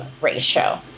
ratio